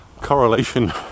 correlation